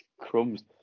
crumbs